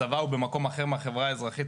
הצבא הוא במקום אחר מהחברה האזרחית,